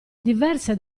diverse